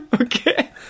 Okay